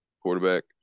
quarterback